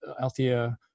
Althea